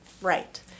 Right